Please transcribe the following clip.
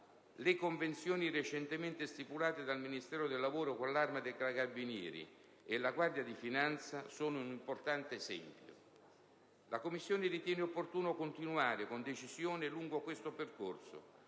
Le convenzioni recentemente stipulate dal Ministero del lavoro con l'Arma dei carabinieri e la Guardia di finanza sono un importante esempio. La Commissione ritiene opportuno continuare con decisione lungo questo percorso,